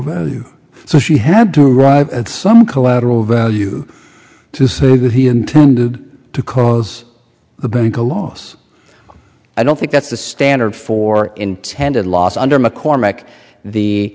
the so she had to arrive at some collateral value to see who he intended to cause the bank a loss i don't think that's the standard for intended loss under mccormick the